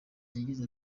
yagize